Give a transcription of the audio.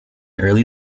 early